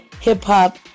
hip-hop